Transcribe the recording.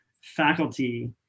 faculty